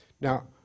Now